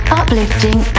uplifting